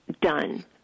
done